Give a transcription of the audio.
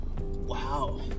Wow